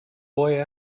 boy